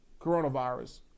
coronavirus